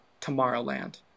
Tomorrowland